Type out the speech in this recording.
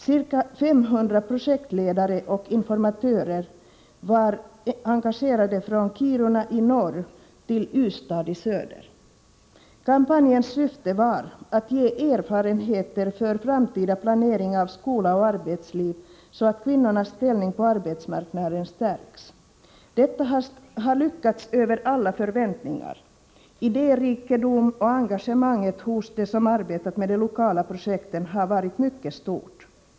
Ca 500 projektledare, informatörer m.fl. var engagerade, från Kiruna i norr till Ystad i söder. Kampanjens syfte var att ge erfarenheter för framtida planering av skola och arbetsliv, så att kvinnornas ställning på arbetsmarknaden stärks. Detta har lyckats över alla förväntningar. Idérikedomen har varit mycket stor, likaså engagemanget hos dem som arbetat med de lokala projekten.